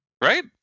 right